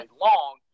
long